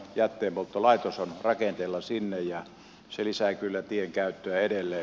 jätteenpolttolaitos on rakenteilla sinne ja se lisää kyllä tien käyttöä edelleen